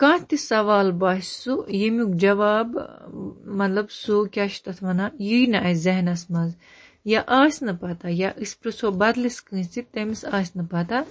کانٛہہ تہِ سَوال باسہِ سُہ ییٚمیُک جواب مطلب سُہ کیٛاہ چھِ تَتھ وَنان یی نہٕ اَسہِ ذہنَس منٛز یا آسہِ نہٕ پَتاہ یا أسۍ پرژھو بَدلِس کٲنٛسہِ تٔمِس آسہِ نہٕ پَتاہ